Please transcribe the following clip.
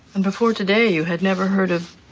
and before today you had never heard of